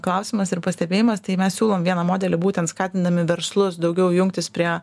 klausimas ir pastebėjimas tai mes siūlom vieną modelį būtent skatindami verslus daugiau jungtis prie